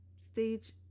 stage